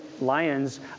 lions